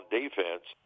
defense